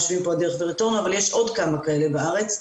יושבים פה הדרך ורטורנו אבל יש עוד כמה כאלה בארץ,